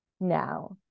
now